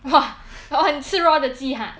!wah! 只吃肉的鸡 ha